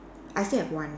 I still have one